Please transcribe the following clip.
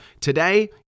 today